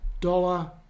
dollar